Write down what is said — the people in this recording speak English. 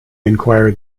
inquired